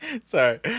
Sorry